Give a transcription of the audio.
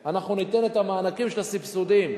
אנחנו ניתן את המענקים של הסבסודים,